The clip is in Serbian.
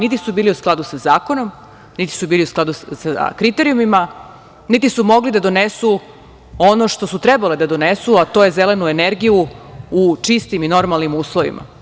Niti su bili u skladu sa zakonom, niti su bili u skladu sa kriterijumima, niti su mogli da donesu ono što su trebale da donesu, a to je zelenu energiju u čistim i normalnim uslovima.